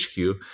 HQ